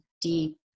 deep